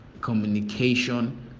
communication